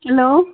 hello